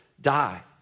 die